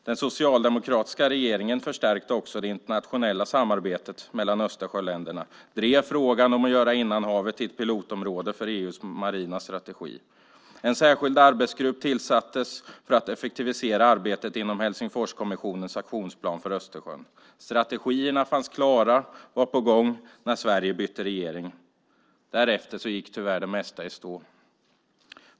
Den socialdemokratiska regeringen förstärkte också det internationella samarbetet mellan Östersjöländerna och drev frågan om att göra innanhavet till ett pilotområde för EU:s marina strategi. En särskild arbetsgrupp tillsattes för att effektivisera arbetet inom Helsingforskommissionens aktionsplan för Östersjön. Strategierna fanns klara, var på gång, när Sverige bytte regering. Därefter gick tyvärr det mesta i stå.